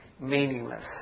meaningless